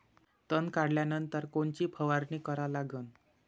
तन काढल्यानंतर कोनची फवारणी करा लागन?